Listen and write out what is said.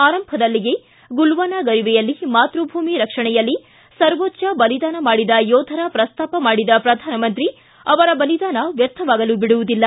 ಆರಂಭದಲ್ಲಿಯೇ ಗುಲ್ವಾನಾ ಗರಿವೆಯಲ್ಲಿ ಮಾತ್ಪ ಭೂಮಿ ರಕ್ಷಣೆಯಲ್ಲಿ ಸರ್ವೋಚ್ಲ ಬಲಿದಾನ ಮಾಡಿದ ಯೋಧರ ಪ್ರಸ್ತಾಪ ಮಾಡಿದ ಪ್ರಧಾನಮಂತ್ರಿ ಅವರ ಬಲಿದಾನ ವ್ಯರ್ಥವಾಗಲು ಬಿಡುವುದಿಲ್ಲ